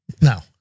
No